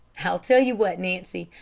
i'll tell you what, nancy.